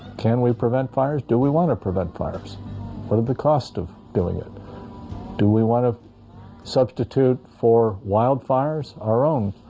can we prevent fires do we want to prevent fires? what are the cost of doing it do we want to substitute for wildfires our own?